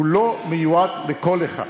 לא מיועד לכל אחד,